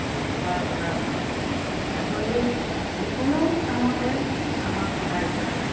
ব্যৱহাৰ কৰা হয় ছাগলী যিকোনো কামতে আমাক সহায় কৰে